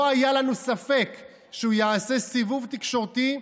לא היה לנו ספק שהוא יעשה סיבוב תקשורתי,